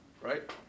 right